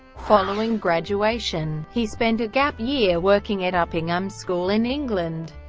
following graduation, he spent a gap year working at uppingham school in england.